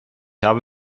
habe